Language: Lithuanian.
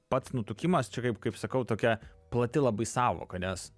pats nutukimas čia kaip kaip sakau tokia plati labai sąvoka nes